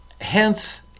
Hence